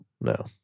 no